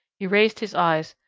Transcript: he raised his eyes,